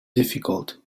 difficult